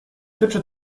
tyczy